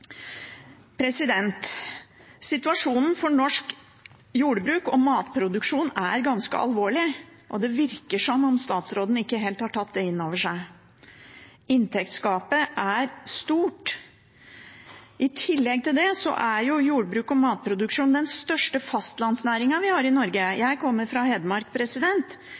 Situasjonen for norsk jordbruk og matproduksjon er ganske alvorlig, og det virker som om statsråden ikke helt har tatt det inn over seg. Inntektsgapet er stort. I tillegg til det er jordbruk og matproduksjon den største fastlandsnæringen vi har i Norge. Jeg kommer fra Hedmark,